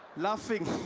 laughing